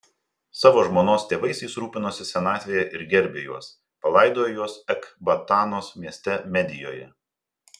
savo žmonos tėvais jis rūpinosi senatvėje ir gerbė juos palaidojo juos ekbatanos mieste medijoje